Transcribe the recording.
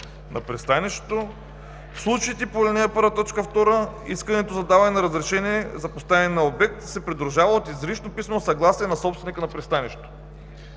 на пристанището. В случаите по ал. 1, т. 2 искането за даване на разрешение за поставяне на обектите се придружава от изрично писмено съгласие на собственика на пристанището.